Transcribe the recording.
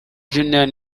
junior